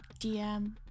DM